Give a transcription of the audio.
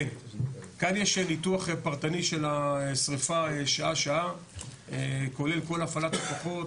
כאן יש ניתוח פרטני של השריפה שעה-שעה כולל כל הפעלת הכוחות